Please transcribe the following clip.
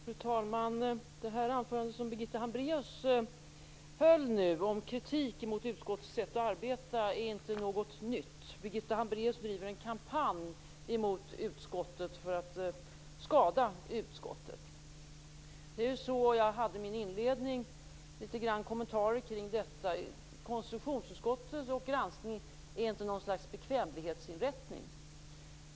Fru talman! Det anförande som Birgitta Hambraeus höll om kritiken mot utskottets sätt att arbeta på är inte något nytt. Birgitta Hambraeus driver en kampanj mot utskottet för att skada utskottet. Jag hade i min inledning kommentarer kring detta. KU:s granskning är inte något slags bekvämlighetsinrättning.